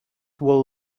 will